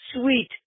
sweet